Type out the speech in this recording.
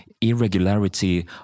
irregularity